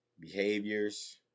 behaviors